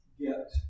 get